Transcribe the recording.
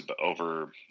over